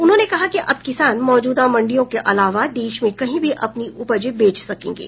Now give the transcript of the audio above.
उन्होंने कहा कि अब किसान मौजूदा मंडियों के अलावा देश में कहीं भी अपनी उपज बेच सकेंगे